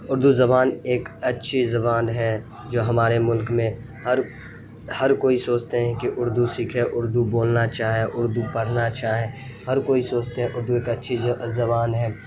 اردو زبان ایک اچھی زبان ہے جو ہمارے ملک میں ہر ہر کوئی سوچتے ہیں کہ اردو سیکھیں اردو بولنا چاہیں اردو پڑھنا چاہیں ہر کوئی سوچتے ہیں اردو ایک اچھی زبان ہیں